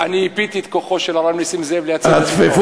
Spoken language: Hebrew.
ייפיתי את כוחו של הרב נסים זאב לייצג אותי.